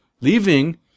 leaving